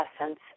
essence